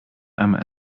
einmal